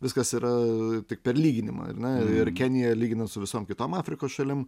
viskas yra tik per lyginimą ar ne ir keniją lyginant su visom kitom afrikos šalim